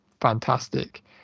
fantastic